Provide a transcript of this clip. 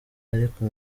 ariko